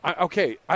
okay